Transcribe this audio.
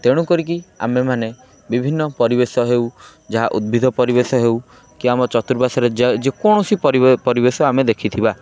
ତେଣୁ କରିକି ଆମେମାନେ ବିଭିନ୍ନ ପରିବେଶ ହେଉ ଯାହା ଉଦ୍ଭିଦ ପରିବେଶ ହେଉ କି ଆମ ଚତୁପାର୍ଶ୍ୱରେ ଯେକୌଣସି ପରିବେଶ ଆମେ ଦେଖିଥିବା